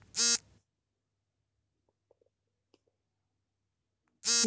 E commerce ಕಾರ್ಯಾಚರಣೆಯಲ್ಲಿ ಮಧ್ಯ ಪ್ರವೇಶಿಸುವ ಇತರ ಅಂಶಗಳು ಯಾವುವು?